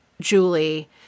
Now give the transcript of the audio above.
Julie